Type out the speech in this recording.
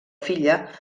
filla